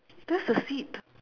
that's the seat